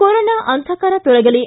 corona ಅಂಧಕಾರ ತೊಲಗಲಿ